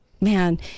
man